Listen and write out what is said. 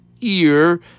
ear